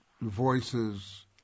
voices